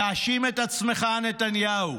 תאשים את עצמך, נתניהו,